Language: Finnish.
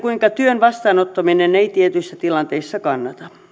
kuinka työn vastaanottaminen ei tietyissä tilanteissa kannata